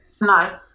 no